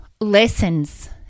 Lessons